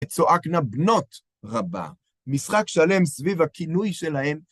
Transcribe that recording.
צועקנה בנות רבה, משחק שלם סביב הכינוי שלהם.